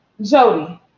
Jody